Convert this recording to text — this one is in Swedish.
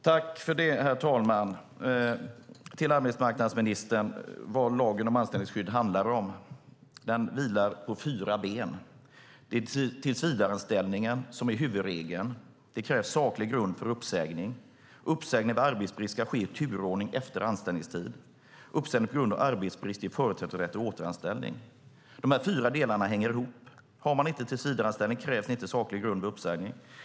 Herr talman! Till arbetsmarknadsministern vill jag säga att lagen om anställningsskydd vilar på fyra ben: Tillsvidareanställning är huvudregel. Saklig grund krävs för uppsägning. Uppsägning vid arbetsbrist ska ske i turordning, alltefter anställningstid. Uppsägning på grund av arbetsbrist förutsätter rätt till återanställning. Dessa fyra delar hänger ihop. Har man inte tillsvidareanställning krävs det inte saklig grund vid uppsägning.